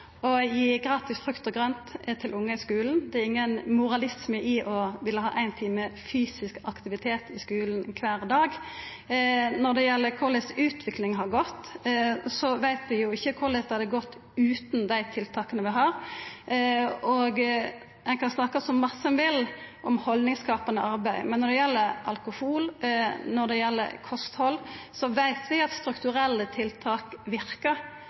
å gi gratis frukt og grønt til ungar i skulen. Det er ingen moralisme i å vilja ha ein time fysisk aktivitet i skulen kvar dag. Når det gjeld korleis utviklinga har gått, veit vi ikkje korleis det hadde gått utan dei tiltaka vi har. Ein kan snakka så mykje ein vil om haldningsskapande arbeid, men når det gjeld alkohol og kosthald, veit vi at strukturelle tiltak verkar.